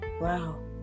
Wow